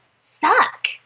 suck